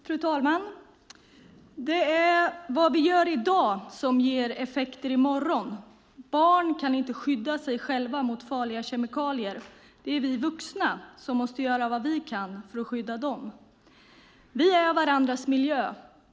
Fru talman! Det är vad vi gör i dag som ger effekter i morgon. Barn kan inte skydda sig själva mot farliga kemikalier. Det är vi vuxna som måste göra vad vi kan för att skydda dem. Vi är varandras miljö.